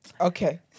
okay